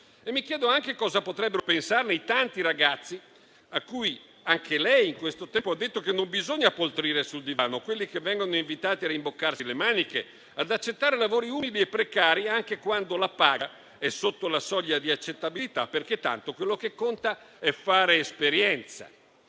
Mi chiedo anche che cosa potrebbero pensarne i tanti ragazzi cui anche lei in questo tempo ha detto che non bisogna poltrire sul divano, quelli che vengono invitati a rimboccarsi le maniche e ad accettare lavori umili e precari anche quando la paga è sotto la soglia di accettabilità, perché tanto quello che conta è fare esperienza.